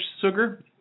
sugar